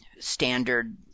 standard